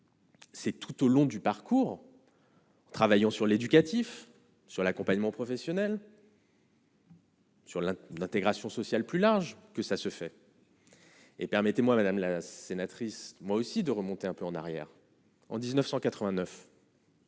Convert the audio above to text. c'est tout au long du parcours travaillant sur l'éducatif sur l'accompagnement professionnel. Sur l'la intégration sociale plus large que ça se fait. Et permettez-moi madame la sénatrice moi aussi de remonter un peu en arrière : en 1989.